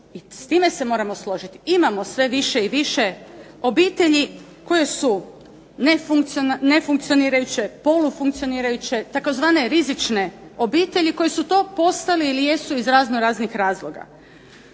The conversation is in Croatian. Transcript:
s time se moramo složiti imamo sve više i više obitelji koje su nefunkcionirajuće, polufunkcionirajuće, tzv. rizične obitelji koje su to postale ili jesu iz raznoraznih razloga.